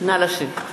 נא לשבת.